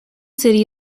city